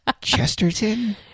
Chesterton